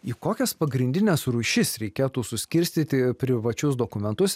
į kokias pagrindines rūšis reikėtų suskirstyti privačius dokumentus